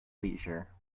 leisure